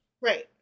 Right